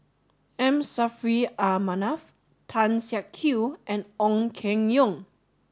M Saffri A Manaf Tan Siak Kew and Ong Keng Yong